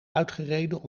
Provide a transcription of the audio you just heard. uitgereden